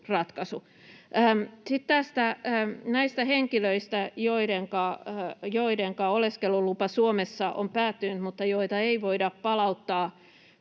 Sitten näistä henkilöistä, joidenka oleskelulupa Suomessa on päättynyt mutta joita ei voida palauttaa